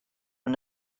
and